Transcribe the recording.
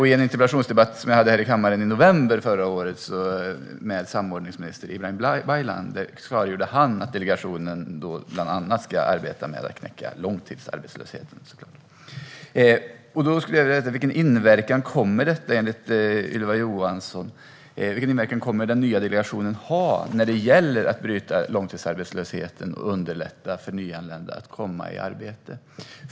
I en interpellationsdebatt som jag hade med samordningsminister Ibrahim Baylan i november förra året klargjorde han att delegationen bland annat ska arbeta med att knäcka långtidsarbetslösheten. Jag skulle vilja veta: Vilken inverkan kommer den nya delegationen att ha när det gäller att bryta långtidsarbetslösheten och underlätta för nyanlända att komma i arbete?